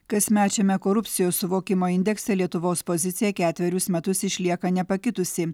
kasmečiame korupcijos suvokimo indekse lietuvos pozicija ketverius metus išlieka nepakitusi